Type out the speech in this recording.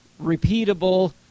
repeatable